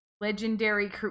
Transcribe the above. Legendary